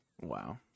Wow